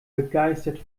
begeistert